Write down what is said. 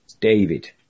David